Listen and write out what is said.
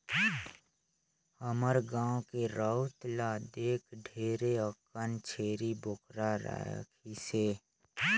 हमर गाँव के राउत ल देख ढेरे अकन छेरी बोकरा राखिसे